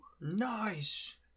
Nice